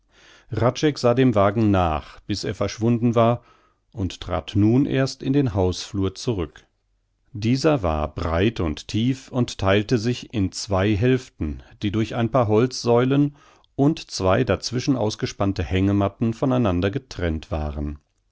sah dem wagen nach bis er verschwunden war und trat nun erst in den hausflur zurück dieser war breit und tief und theilte sich in zwei hälften die durch ein paar holzsäulen und zwei dazwischen ausgespannte hängematten von einander getrennt waren